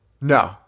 No